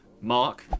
Mark